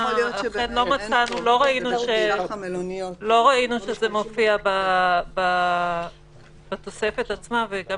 הפינוי למלונות לא נעשה, לא מתבצע, ולא